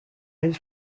his